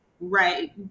right